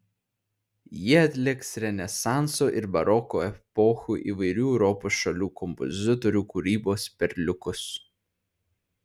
jie atliks renesanso ir baroko epochų įvairių europos šalių kompozitorių kūrybos perliukus